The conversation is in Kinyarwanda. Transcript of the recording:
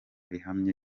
ihamye